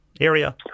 area